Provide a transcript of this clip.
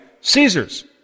Caesar's